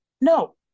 No